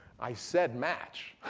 i said match.